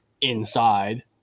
inside